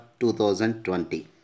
2020